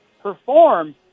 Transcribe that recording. perform